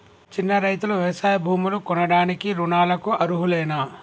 చిన్న రైతులు వ్యవసాయ భూములు కొనడానికి రుణాలకు అర్హులేనా?